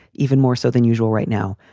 even more so than usual right now.